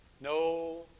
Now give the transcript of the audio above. no